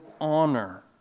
honor